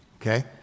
Okay